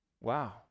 Wow